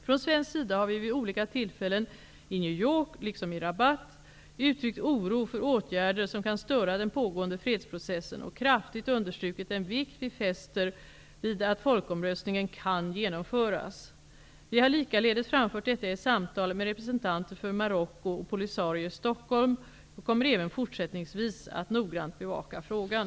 Från svensk sida har vi vid olika tillfällen, i New York liksom i Rabat, uttryckt oro för åtgärder som kan störa den pågående fredsprocessen och kraftigt understrukit den vikt vi fäster vid att folkomröstningen kan genomföras. Vi har likaledes framfört detta i samtal med representanter för Marocko och Polisario i Stockholm och kommer även fortsättningsvis att noggrant bevaka frågan.